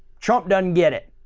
trump doesn't get it.